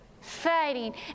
fighting